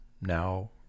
now